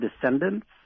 descendants